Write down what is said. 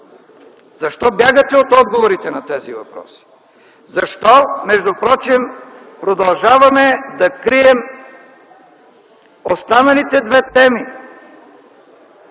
Защо бягате от отговорите на тези въпроси? Защо впрочем продължаваме да крием останалите две теми,